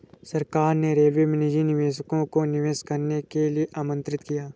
सरकार ने रेलवे में निजी निवेशकों को निवेश करने के लिए आमंत्रित किया